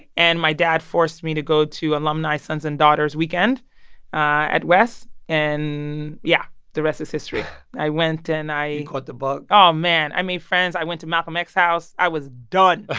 and my dad forced me to go to alumni sons and daughters weekend at wes, and, yeah, the rest is history. i went and i. you caught the bug? oh, man. i made friends. i went to malcolm x house. i was done